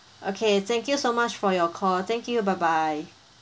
okay thank you so much for your call thank you bye bye